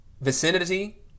vicinity